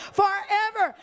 forever